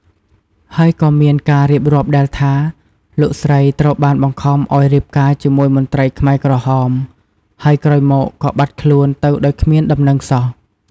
ហើយក៏មានការរៀបរាប់ដែលថា លោកស្រីត្រូវបានបង្ខំឱ្យរៀបការជាមួយមន្ត្រីខ្មែរក្រហម ហើយក្រោយមកក៏បាត់ខ្លួនទៅដោយគ្មានដំណឹងសោះ។